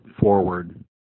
Forward